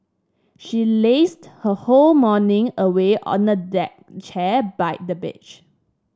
she lazed her whole morning away on a deck chair by the beach